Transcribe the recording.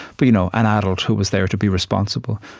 but you know, an adult who was there to be responsible.